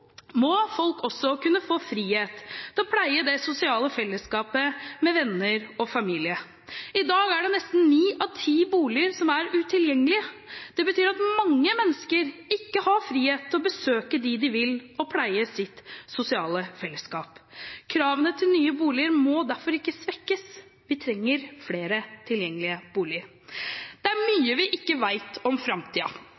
må folk også kunne få frihet til å pleie det sosiale fellesskapet med venner og familie. I dag er det nesten ni av ti boliger som er utilgjengelige. Det betyr at mange mennesker ikke har frihet til å besøke dem de vil og pleie sitt sosiale fellesskap. Kravene til nye boliger må derfor ikke svekkes, vi trenger flere tilgjengelige boliger. Det er